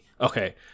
Okay